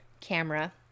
camera